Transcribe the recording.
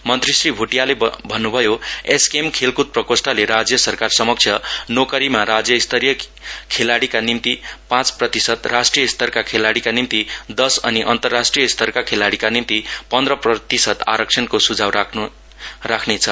मन्त्री श्री भोटियाले भन्न्भयो एसकेएम खेलक्द प्रकोष्ठले राज्य सरकार समक्ष नोकरीमा राज्यस्तरीय खेलाडीका निम्ति पाँच प्रतिशत राष्ट्रिय स्तरका खेलाडीका निम्ति दस अनि अन्तरराष्ट्रिय स्तरका खेलाडीका निम्ति पन्द्र प्रतिशत आरक्षणको सुझाउन राख्नेछ